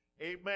Amen